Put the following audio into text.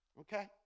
okay